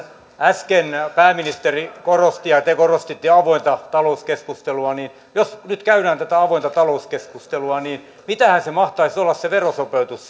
äsken pääministeri korosti ja ja te korostitte avointa talouskeskustelua niin jos nyt käydään tätä avointa talouskeskustelua niin mitähän se mahtaisi olla se verosopeutus